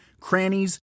crannies